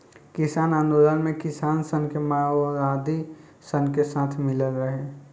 किसान आन्दोलन मे किसान सन के मओवादी सन के साथ मिलल रहे